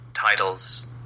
titles